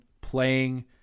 playing